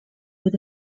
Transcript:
were